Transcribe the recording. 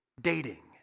dating